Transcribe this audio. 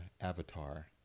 avatar